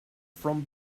from